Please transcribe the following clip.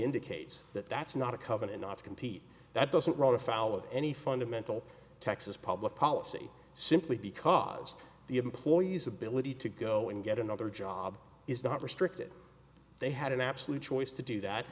indicates that that's not a covenant not to compete that doesn't run afoul of any fundamental texas public policy simply because the employees ability to go and get another job is not restricted they had an absolute choice to do that